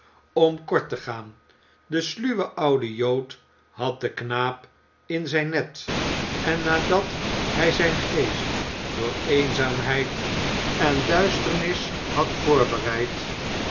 om kort te gaan de sluwe oude jood had den knaap in zijn net en nadat hij zijn geest door eenzaamheid en duisternis had voorbereid